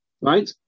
right